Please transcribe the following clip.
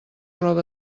roba